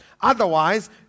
Otherwise